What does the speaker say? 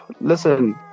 listen